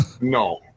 No